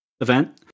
event